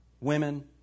women